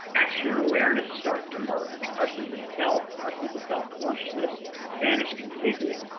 action awareness starts to emerge, our sense of self, our sense of self-consciousness vanish completely.